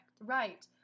Right